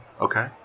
Okay